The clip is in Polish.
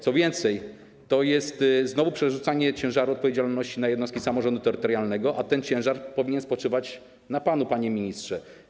Co więcej, to jest znowu przerzucanie ciężaru odpowiedzialności na jednostki samorządu terytorialnego, a ten ciężar powinien spoczywać na panu, panie ministrze.